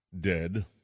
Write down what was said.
dead